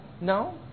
No